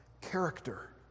character